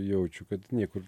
jaučiu kad niekur